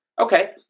Okay